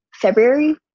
february